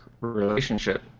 relationship